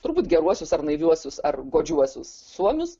turbūt geruosius ar naiviuosius ar godžiuosius suomius